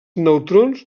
neutrons